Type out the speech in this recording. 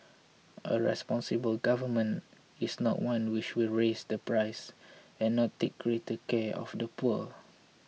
a responsible Government is not one which will raise the price and not take greater care of the poor